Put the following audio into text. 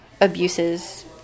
abuses